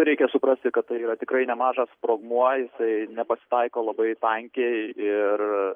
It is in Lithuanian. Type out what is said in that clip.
reikia suprasti kad tai yra tikrai nemažas sprogmuo jisai nepasitaiko labai tankiai ir